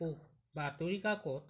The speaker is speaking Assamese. বাতৰি কাকত